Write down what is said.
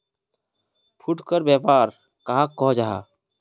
फुटकर व्यापार कहाक को जाहा?